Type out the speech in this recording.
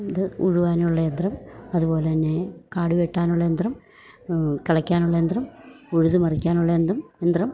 ഇത് ഉഴുവാനുള്ള യന്ത്രം അതുപോലെ തന്നെ കാട് വെട്ടാനുള്ള യന്ത്രം കിളക്കാനുള്ള യന്ത്രം ഉഴുത് മറിക്കാനുള്ള യന്ത്രം യന്ത്രം